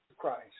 Christ